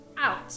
out